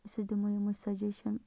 أسۍ حظ دِمو یِمَے سَجَشَن